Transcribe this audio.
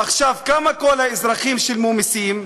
עכשיו, כמה כל האזרחים שילמו מסים?